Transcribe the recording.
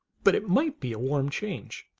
but it might be a warm change.